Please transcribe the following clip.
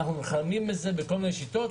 אנחנו נלחמים בזה בכל מיני שיטות.